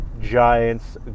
Giants